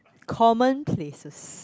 common places